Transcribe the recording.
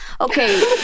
Okay